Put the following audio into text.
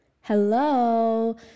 Hello